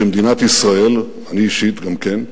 שמדינת ישראל, ואני אישית גם כן,